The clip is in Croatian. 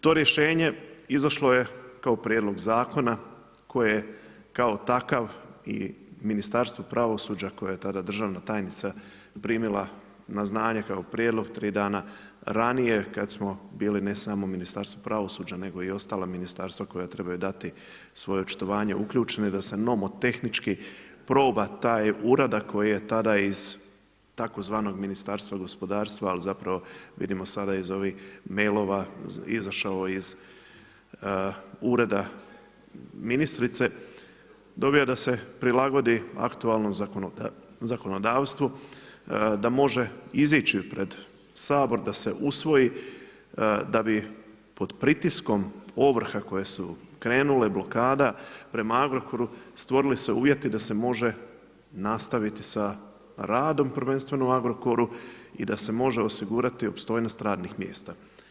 To rješenje izašlo je kao prijedlog zakona koji je kao takav i Ministarstvo pravosuđa koje je tada državna tajnica primila na znanje kao prijedlog tri dana ranije kada smo bili ne samo u Ministarstvu pravosuđa nego i ostala ministarstva koja trebaju dati svoje očitovanje, uključeno je da se nomotehnčki proba taj uradak koji je tada iz tzv. Ministarstva gospodarstva, ali zapravo vidimo sada iz ovih mailova izašao iz ureda ministrice dobio da se prilagodi aktualnom zakonodavstvu, da može izići pred Sabor da se usvoji da bi pod pritiskom ovrha koje su krenule, blokada prema Agrokoru stvorili se uvjeti da se može nastaviti sa radom prvenstveno u Agrokoru i da se može osigurati opstojnost radnih mjesta.